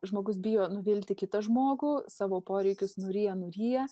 žmogus bijo nuvilti kitą žmogų savo poreikius nuryja nuryja